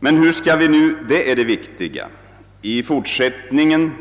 Men hur skall vi — det är det viktiga — i fortsättningen